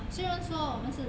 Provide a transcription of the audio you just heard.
ah 虽然说我们是